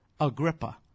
Agrippa